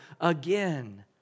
again